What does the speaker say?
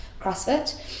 CrossFit